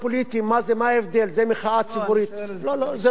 מה ההבדל?